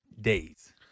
days